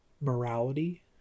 morality